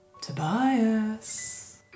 Tobias